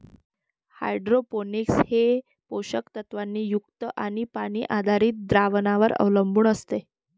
hydroponics हे पोषक तत्वांनी युक्त पाणी आधारित द्रावणांवर अवलंबून असते